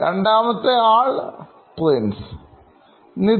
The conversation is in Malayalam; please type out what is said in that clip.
രണ്ടാമത്തെ ആൾ Prince